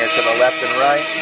left and right.